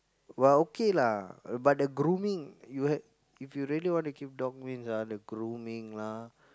well okay lah but the grooming you have if you really want to keep dog means ah the grooming lah